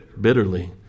bitterly